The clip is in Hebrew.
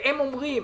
הם אומרים